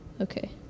Okay